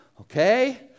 Okay